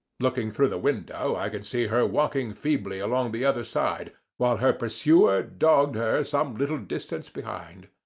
looking through the window i could see her walking feebly along the other side, while her pursuer dogged her some little distance behind.